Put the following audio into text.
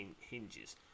hinges